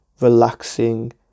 relaxing